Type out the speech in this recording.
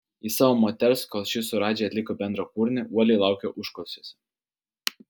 jis savo moters kol ši su radži atliko bendrą kūrinį uoliai laukė užkulisiuose